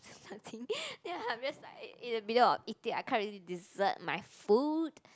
said something then I'm just like in the middle of eating I can't really desert my food